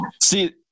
See